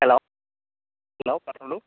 hello hello പറഞ്ഞോളൂ